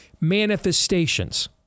manifestations